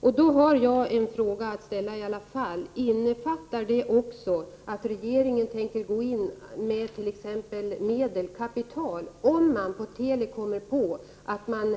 Mot den bakgrunden vill jag ställa följande fråga: Innefattar denna inriktning också att regeringen tänker gå in med t.ex. kapitalmedel, om man inom Teli kommer fram till att man